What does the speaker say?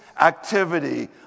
activity